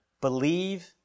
Believe